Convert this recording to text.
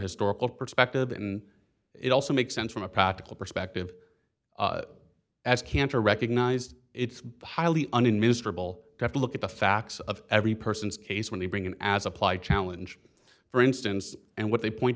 historical perspective and it also makes sense from a practical perspective as cantor recognized it's highly onion miserable have to look at the facts of every person's case when they bring in as applied challenge for instance and what they point